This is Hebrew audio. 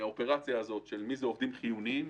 האופרציה הזאת, שאומרת מי הם עובדים חיוניים.